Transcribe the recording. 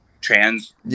trans